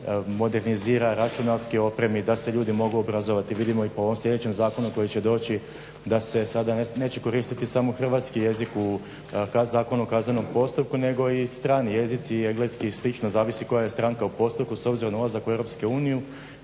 modernizira, računarski opremi, da se ljudi mogu obrazovati. Vidimo i po ovom sljedećem zakonu koji će doći da se sada neće koristiti samo hrvatski jezik u Zakonu o kaznenom postupku nego i strani jezici i engleski i slično, zavisi koja je stranka u postupku s obzirom na ulazak u EU.